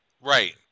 Right